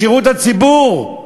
לשירות הציבור,